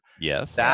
Yes